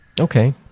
Okay